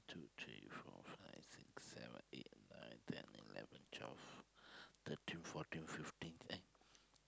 two three four five six seven eight nine ten eleven twelve thirteen fourteen fifteen eh